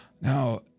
Now